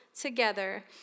together